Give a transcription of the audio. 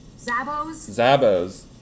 Zabos